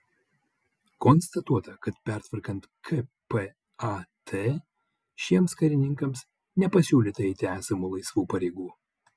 konstatuota kad pertvarkant kpat šiems karininkams nepasiūlyta eiti esamų laisvų pareigų